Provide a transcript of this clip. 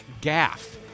gaff